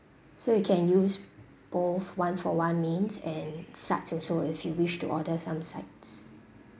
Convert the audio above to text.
so you can use both one for one mains and sides also if you wish to order some sides